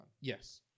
Yes